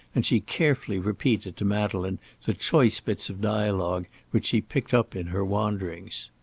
and she carefully repeated to madeleine the choice bits of dialogue which she picked up in her wanderings.